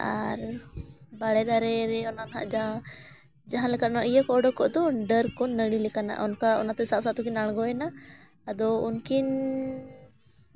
ᱟᱨ ᱵᱟᱲᱮ ᱫᱟᱨᱮ ᱨᱮ ᱚᱱᱟ ᱱᱟᱦᱟᱸᱜ ᱡᱟᱦᱟᱸ ᱡᱟᱦᱟᱸ ᱞᱮᱠᱟ ᱤᱭᱟᱹ ᱠᱚ ᱩᱰᱩᱠᱚᱜ ᱫᱚ ᱰᱟᱹᱨ ᱠᱚ ᱱᱟᱹᱲᱤ ᱞᱮᱠᱟᱱᱟᱜ ᱚᱱᱠᱟ ᱚᱱᱟᱛᱮ ᱥᱟᱵ ᱥᱟᱵ ᱛᱮᱠᱤᱱ ᱟᱬᱜᱚᱭᱮᱱᱟ ᱟᱫᱚ ᱩᱱᱠᱤᱱ